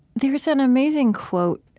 there is an amazing quote